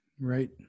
Right